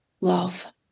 love